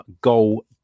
Goal